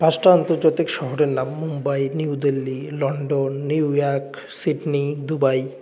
পাঁসটা আন্তর্জাতিক শহরের নাম Mumbai New Delhi London New York Sydney Dubai